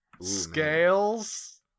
scales